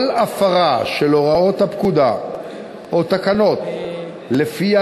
כל הפרה של הוראות הפקודה או תקנות לפיה